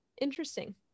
Interesting